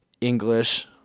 English